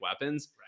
weapons